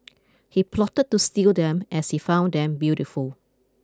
he plotted to steal them as he found them beautiful